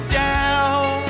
down